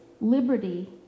liberty